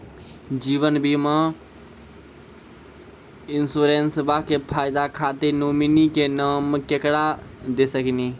जीवन बीमा इंश्योरेंसबा के फायदा खातिर नोमिनी के नाम केकरा दे सकिनी?